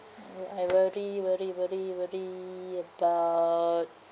mm I worry worry worry worry about